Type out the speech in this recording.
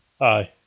Aye